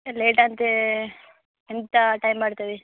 late అంటే ఎంత time పడుతుంది